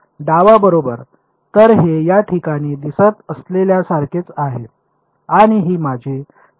डावा बरोबर तर हे या ठिकाणी दिसत असलेल्यासारखेच आहे आणि ही माझी आहे